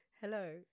Hello